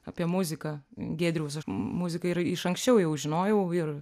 apie muziką giedriaus aš muziką ir iš anksčiau jau žinojau ir